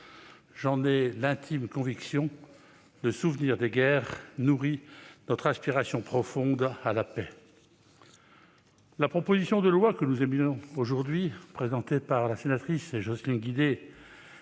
J'en ai l'intime conviction, le souvenir des guerres nourrit notre aspiration profonde à la paix. La proposition de loi que nous examinons aujourd'hui, présentée par nos collègues Jocelyne Guidez